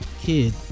kid